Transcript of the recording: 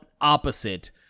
Opposite